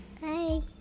Hey